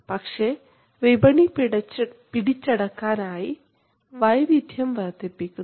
പക്ഷേ വിപണി പിടിച്ചടക്കാൻ ആയി വൈവിധ്യം വർദ്ധിപ്പിക്കുന്നു